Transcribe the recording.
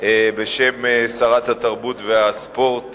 בשם שרת התרבות והספורט,